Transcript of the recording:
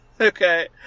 Okay